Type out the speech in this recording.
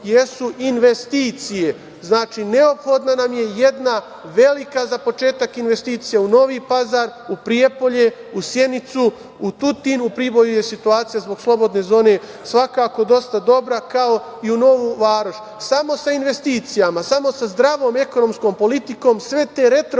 investicije. Znači, neophodna nam je jedna, za početak velika investicija u Novi Pazar, u Prijepolje, u Sjenicu, u Tutin, u Priboju je situacija zbog slobodne zone svakako dosta dobra, kao i u Novu Varoš. Samo sa investicijama, samo sa zdravom ekonomskom politikom sve te